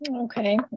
Okay